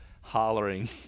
hollering